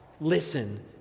listen